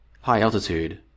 high-altitude